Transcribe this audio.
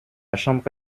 chambre